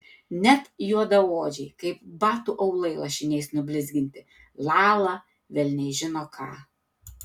net juodaodžiai kaip batų aulai lašiniais nublizginti lala velniai žino ką